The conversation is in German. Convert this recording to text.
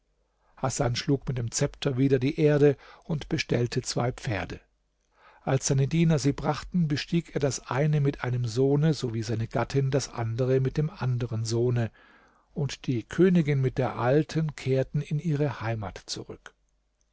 hasan schlug mit dem zepter wieder die erde und bestellte zwei pferde als seine diener sie brachten bestieg er das eine mit einem sohne sowie seine gattin das andere mit dem anderen sohne und die königin mit der alten kehrten in ihre heimat zurück